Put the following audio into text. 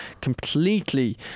Completely